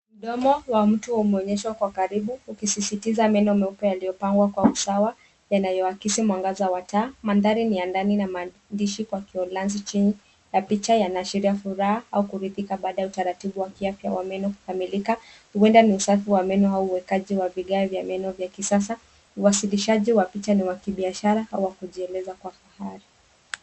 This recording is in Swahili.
Mdomo wa mtu wa umeonyeshwa kwa karibu ukisisitiza meno meupe yaliyopangwa kwa usawa yanayoakisi mwangaza wa taa. Mandhari ni ya ndani na maandishi kwa kiholanzi chini na picha yanashiria furaha au kuridhika baada ya utaratibu wa kiafya wa meno kukamilika huenda ni usafi wa meno au uwekaji wa vigae vya meno vya kisasa uwasilishaji wa picha ni wa kibiashara au kujieleza fahari.